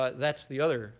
but that's the other